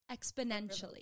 exponentially